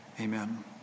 Amen